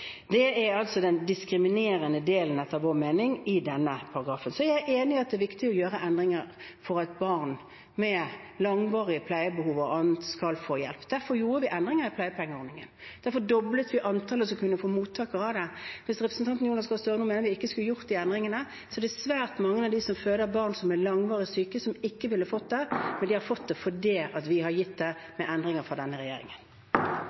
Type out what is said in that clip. er altså den diskriminerende delen, etter vår mening, i denne paragrafen. Så er jeg enig i at det er viktig å gjøre endringer for at barn med langvarig pleiebehov og annet skal få hjelp. Derfor gjorde vi endringer i pleiepengeordningen, og derfor doblet vi antallet mottakere av ordningen. Hvis representanten Jonas Gahr Støre nå mener at vi ikke skulle gjort de endringene, så er det svært mange av dem som føder barn som er langvarig syke, som ikke ville fått det. Men de har fått det fordi vi har gitt det, med endringer fra denne regjeringen.